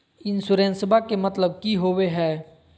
इंसोरेंसेबा के मतलब की होवे है?